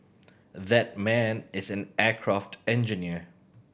that man is an aircraft engineer